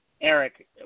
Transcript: Eric